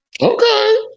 Okay